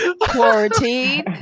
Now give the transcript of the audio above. quarantine